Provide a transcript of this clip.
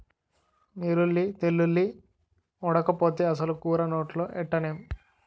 నీరుల్లి తెల్లుల్లి ఓడకపోతే అసలు కూర నోట్లో ఎట్టనేం